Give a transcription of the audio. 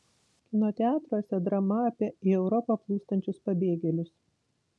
kino teatruose drama apie į europą plūstančius pabėgėlius